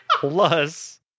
plus